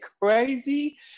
crazy